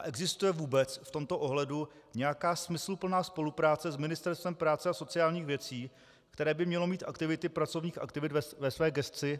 Existuje vůbec v tomto ohledu nějaká smysluplná spolupráce s Ministerstvem práce a sociálních věcí, které by mělo mít aktivity pracovních agentur ve své gesci?